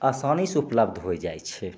आसानीसे उपलब्ध हो जाइ छै